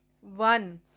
one